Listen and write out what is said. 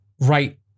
right